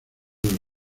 del